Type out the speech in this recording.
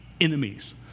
enemies